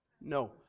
no